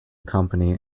company